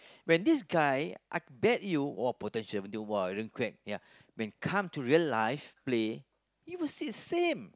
when this guy I bet you !wah! potential even though !wah! damn quick ya when come to real life play you would see the same